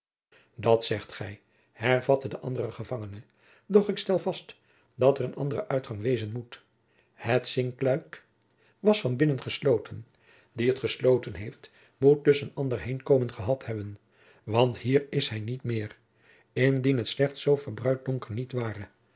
dat zegt gij hervatte de andere gevangene doch ik stel vast dat er een andere uitgang wezen moet het zinkluik was van binnen gesloten die het gesloten heeft moet dus een ander heenkomen gehad hebben want hier is hij niet meer indien het slechts zoo verbruid donker niet ware